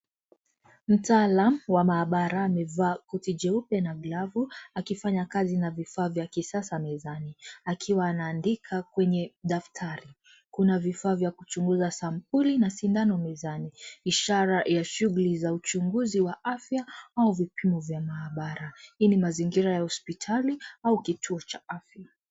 Mtaalam wa maabara amevaa koti jeupe na glavu, akifanya kazi na vifaa vya kisasa mezani. Akiwa anaandika kwenye daftari. Kuna vifaa vya kuchunguza sampuli na sindano mezani. Ishara ya shughuli za uchunguzi wa afya, au vipimo vya maabara. Hii ni mazingira ya hospitali au kituo cha afya.